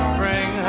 bring